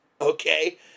okay